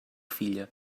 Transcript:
filla